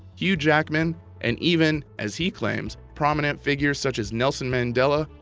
hugh jackman and even, as he claims, prominent figures such as nelson mandela,